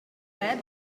led